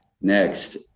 next